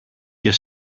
και